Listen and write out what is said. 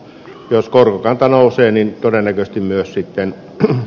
jos korkokanta nousee niin räväkästi myös sitten on